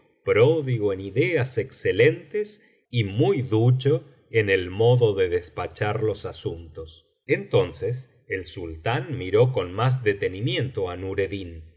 pródigo en ideas excelentes y muy ducho en el modo de despachar los asuntos entonces el sultán miró con más detenimiento